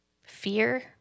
Fear